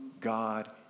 God